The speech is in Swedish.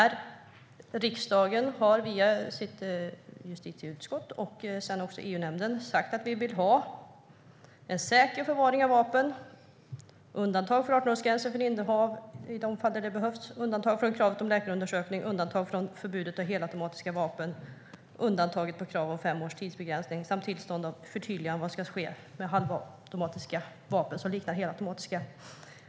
Riksdagen har via justitieutskottet och sedan i EU-nämnden sagt att vi vill ha säker förvaring av vapen, undantag för 18-årsgränser för innehav i de fall det behövs, undantag från kravet om läkarundersökning, undantag från förbudet mot helautomatiska vapen, undantag för krav om fem års tidsbegränsning av tillstånd samt förtydligande av vad som ska ske med halvautomatiska vapen som liknar helautomatiska.